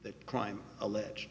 that crime alleged